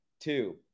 two